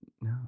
No